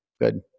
Good